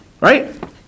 right